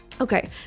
Okay